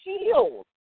shield